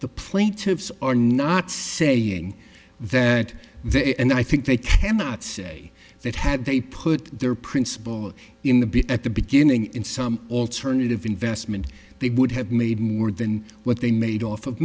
the plaintiffs are not saying that they and i think they cannot say that had they put their principle in the bit at the beginning in some alternative investment they would have made more than what they made off of